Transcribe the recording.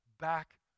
back